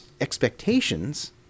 expectations